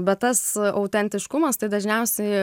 bet tas autentiškumas tai dažniausiai